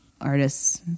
artists